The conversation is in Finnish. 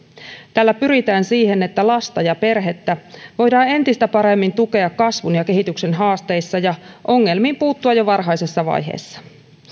tällä pyritään siihen että lasta ja perhettä voidaan entistä paremmin tukea kasvun ja kehityksen haasteissa ja ongelmiin puuttua jo varhaisessa vaiheessa